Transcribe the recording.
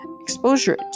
exposure